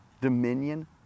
dominion